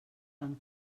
van